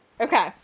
Okay